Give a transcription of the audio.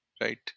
right